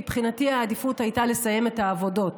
מבחינתי, העדיפות הייתה לסיים את העבודות.